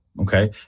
okay